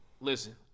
Listen